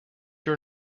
your